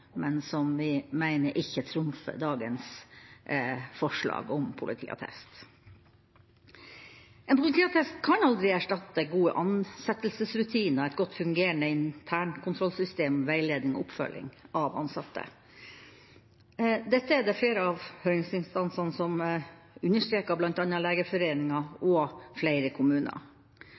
men som vi mener ikke trumfer dagens forslag om politiattest. En politiattest kan aldri erstatte gode ansettelsesrutiner, et godt fungerende internkontrollsystem, veiledning og oppfølging av ansatte. Dette er det flere av høringsinstansene som har understreket, bl.a. Legeforeningen og flere kommuner.